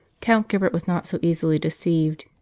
count gilbert was not so easily deceived.